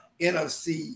NFC